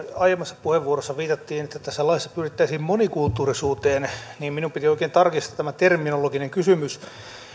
aiemmassa puheenvuorossa viitattiin siihen että tässä laissa pyrittäisiin monikulttuurisuuteen niin minun piti oikein tarkistaa tämä terminologinen kysymys